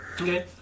Okay